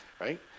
right